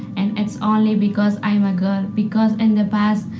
and it's only because i'm a girl, because in the past,